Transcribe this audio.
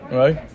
right